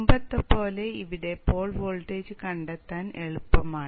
മുമ്പത്തെപ്പോലെ ഇവിടെ pole voltage കണ്ടെത്താൻ എളുപ്പമാണ്